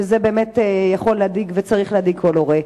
וזה יכול להדאיג וצריך להדאיג כל הורה.